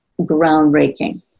groundbreaking